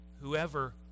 Whoever